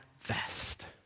vest